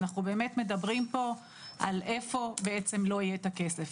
אנחנו באמת מדברים פה על איפה בעצם לא יהיה את הכסף.